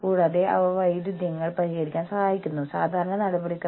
കൂടാതെ അവർ ആസ്വദിക്കുന്ന അവരുടെ ജോലി നിർത്തേണ്ടി വരില്ല